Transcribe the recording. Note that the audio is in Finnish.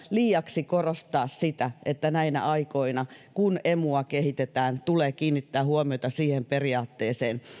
liiaksi korostaa sitä että näinä aikoina kun emua kehitetään tulee kiinnittää huomiota siihen periaatteeseen